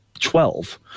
twelve